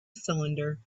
cylinder